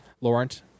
Laurent